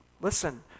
Listen